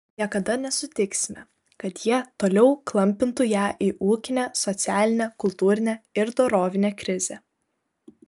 niekada nesutiksime kad jie toliau klampintų ją į ūkinę socialinę kultūrinę ir dorovinę krizę